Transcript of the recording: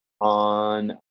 on